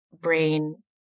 brain